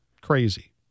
crazy